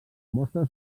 mostra